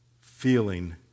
feeling